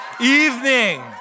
evening